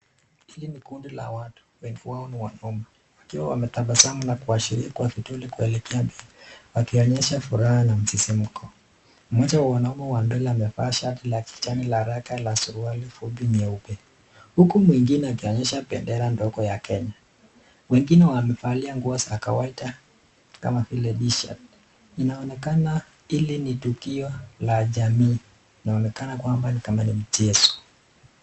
Hili ni kundi la watu. Wengi wao ni wanaume, wakiwa wametabasamu na kuashiria kwa vidole kuelekea wakionyesha furaha na msisimuko. Mmoja wa wanaume wa mbele amevaa shati la kijani la raka na suruale fupi nyeupe, huku mwengine akionyesha bendera ndogo ya Kenya. Wengine wamevalia nguo za kawaida kama vile [tshirt]. Inaonekana hili ni tukio la jamii. Inaonekana kwamba kama ni mchezo.